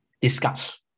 discuss